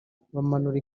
bamanura